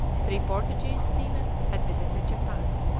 three portuguese seamen had visited japan.